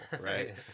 right